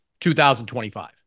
2025